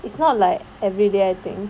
it's not like everyday I think